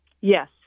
Yes